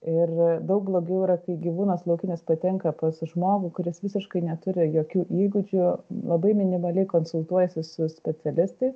ir daug blogiau yra kai gyvūnas laukinis patenka pas žmogų kuris visiškai neturi jokių įgūdžių labai minimaliai konsultuojasi su specialistais